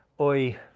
oi